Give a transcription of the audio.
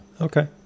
okay